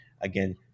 again